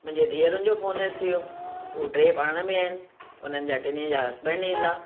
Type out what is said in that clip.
मुंहिजे धीअरुनि जो अची वियो उहे टे पाण में आहिनि उन्हनि जा टिनीअ जा हस्बैंड ईंदा